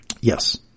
Yes